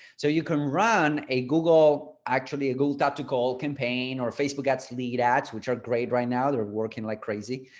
so you can run a google actually a google to call campaign or facebook ads lead ads which are great right now they're working like crazy.